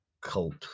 cult